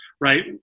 right